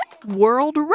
world